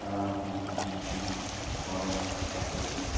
ᱛᱟᱲᱟᱢ ᱟᱠᱟᱢ ᱛᱟᱦᱮᱱ ᱠᱷᱟᱱ ᱦᱚᱸ ᱦᱚᱲ ᱠᱚ ᱥᱩᱨᱩᱜ ᱜᱮᱭᱟ